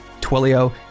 Twilio